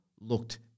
looked